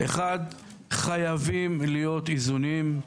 1. חייבים להיות איזונים,